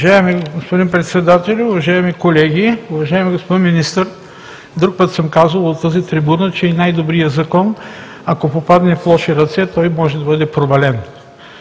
Уважаеми господин Председател, уважаеми колеги, уважаеми господин Министър! И друг път съм казвал от тази трибуна, че и най-добрият закон, ако попадне в лоши ръце, може да бъде провален.